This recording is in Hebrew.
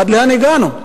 עד לאן הגענו?